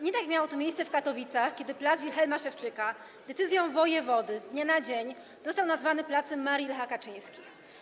Nie tak miało to miejsce w Katowicach, kiedy plac Wilhelma Szewczyka decyzją wojewody z dnia na dzień został nazwany placem Marii i Lecha Kaczyńskich.